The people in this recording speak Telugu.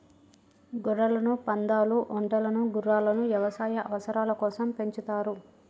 గొర్రెలను, పందాలు, ఒంటెలను గుర్రాలను యవసాయ అవసరాల కోసం పెంచుతారు